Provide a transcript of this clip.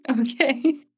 Okay